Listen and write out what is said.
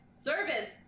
Service